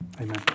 Amen